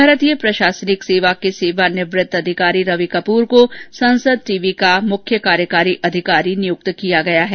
भारतीय प्रशासनिक सेवा के सेवानिवृत अधिकारी रवि कपूर को संसद टीवी का मुख्य कार्यकारी अधिकारी नियुक्त किया गया है